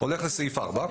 אני הולך לסעיף (4),